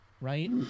Right